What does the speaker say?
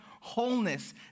wholeness